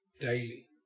daily